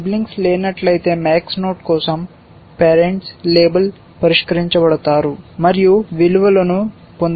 siblings లేనట్లయితే max node కోసం parents label పరిష్కరించబడతారు మరియు విలువను పొందుతారు